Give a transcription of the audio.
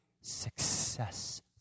success